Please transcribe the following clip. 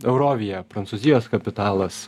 eurovia prancūzijos kapitalas